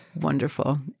Wonderful